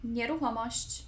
Nieruchomość